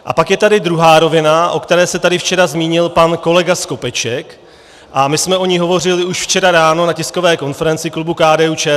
A pak je tady druhá rovina, o které se tady včera zmínil pan kolega Skopeček, a my jsme o ní hovořili už včera ráno na tiskové konferenci klubu KDUČSL.